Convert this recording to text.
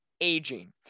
aging